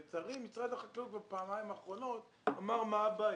לצערי משרד החקלאות בפעמיים האחרונות אמר מה הבעיה,